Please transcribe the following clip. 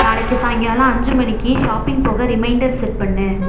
நாளைக்கு சாயங்காலம் அஞ்சு மணிக்கு ஷாப்பிங் போக ரிமைண்டர் செட் பண்ணு